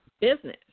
business